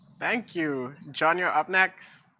thank you, john, you're up next?